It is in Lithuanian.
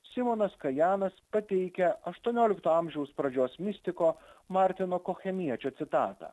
simonas kajanas pateikia aštuoniolikto amžiaus pradžios mistiko martino kochemiečio citatą